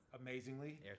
Amazingly